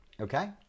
okay